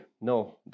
No